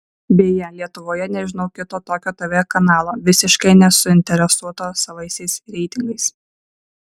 beje lietuvoje nežinau kito tokio tv kanalo visiškai nesuinteresuoto savaisiais reitingais